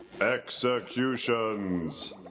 executions